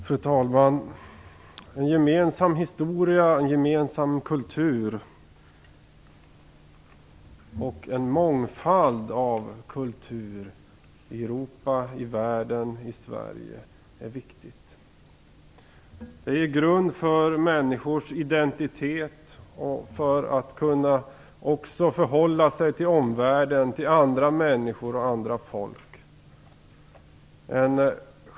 Fru talman! En gemensam historia, en gemensam kultur och en mångfald av kultur i Europa, i världen och i Sverige är viktigt. Det ger en grund för människors identitet och för vårt förhållande till omvärlden, till andra människor och andra folk.